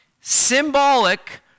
Symbolic